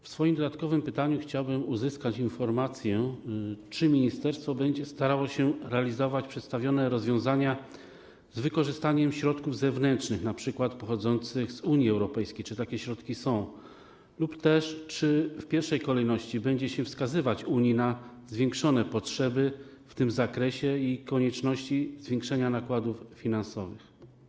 W swoim dodatkowym pytaniu chciałbym prosić o informację, czy ministerstwo będzie starało się realizować przedstawione rozwiązania z wykorzystaniem środków zewnętrznych, np. pochodzących z Unii Europejskiej, czy takie środki są, lub też czy w pierwszej kolejności będzie się wskazywać Unii na zwiększone potrzeby w tym zakresie i konieczność zwiększenia nakładów finansowych.